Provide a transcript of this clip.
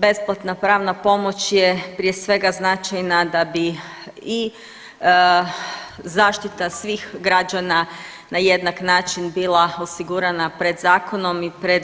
Besplatna pravna pomoć je prije svega značajna da bi i zaštita svih građana na jednak način bila osigurana pred zakonom i pred